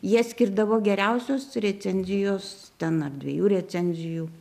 jie atskirdavo geriausios recenzijos ten ar dviejų recenzijų